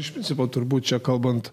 iš principo turbūt čia kalbant